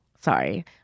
sorry